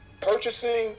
purchasing